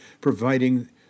providing